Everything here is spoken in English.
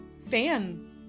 fan